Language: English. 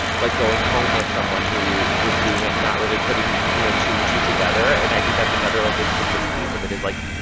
like, going home with someone who was doing it and not really putting, you know, two and two together. and i think that's another, like, insidious piece of it is, like,